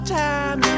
time